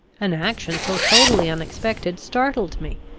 an action so totally unexpected startled me.